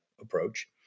approach